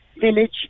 village